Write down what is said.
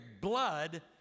blood